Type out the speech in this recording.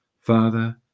Father